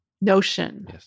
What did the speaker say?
notion